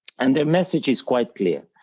and their message is quite clear,